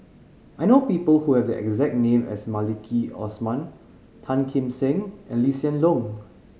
I know people who have the exact name as Maliki Osman Tan Kim Seng and Lee Hoon Leong